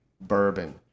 bourbon